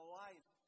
life